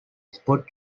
spot